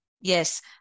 Yes